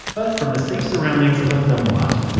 but from the safe surroundings of a film lot.